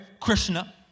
Krishna